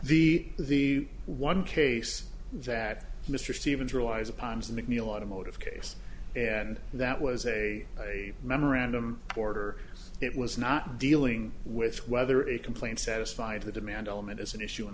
the the one case that mr stevens relies upon is in the neil automotive case and that was a memorandum order it was not dealing with whether a complaint satisfied the demand element is an issue in